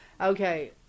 Okay